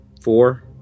four